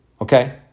okay